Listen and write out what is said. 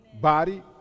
body